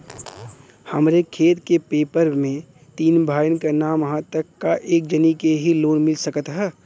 हमरे खेत के पेपर मे तीन भाइयन क नाम ह त का एक जानी के ही लोन मिल सकत ह?